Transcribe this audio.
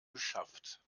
geschafft